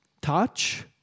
touch